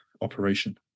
operation